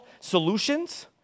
solutions